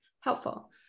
helpful